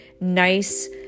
nice